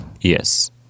Yes